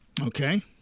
Okay